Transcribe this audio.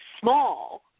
small